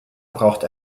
braucht